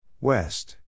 West